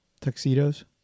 tuxedos